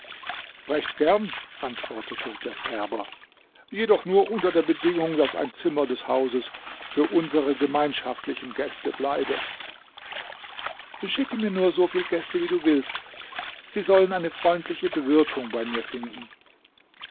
recht gern antwortete der färber jedoch nur unter der bedingung daß ein zimmer des hauses für unsere gemeinschaftlichen gäste bleibe schicke mir nur so viel gäste du willst sie sollen eine freundliche bewirtung bei mir finden